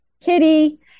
kitty